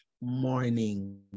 morning